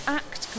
act